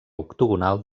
octogonal